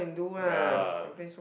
ya